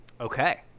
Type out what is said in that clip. Okay